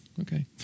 Okay